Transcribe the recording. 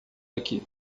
aqui